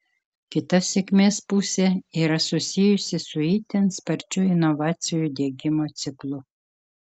kita sėkmės pusė yra susijusi su itin sparčiu inovacijų diegimo ciklu